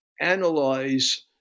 analyze